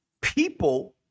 people